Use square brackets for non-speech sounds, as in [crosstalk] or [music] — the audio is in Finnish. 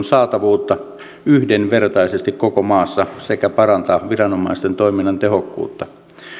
[unintelligible] saatavuutta yhdenvertaisesti koko maassa sekä parantaa viranomaisten toiminnan tehokkuutta